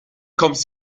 kommst